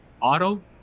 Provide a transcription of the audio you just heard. auto